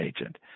agent